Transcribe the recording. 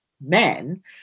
men